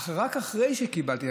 אך רק אחרי שקיבלתי,